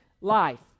life